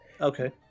okay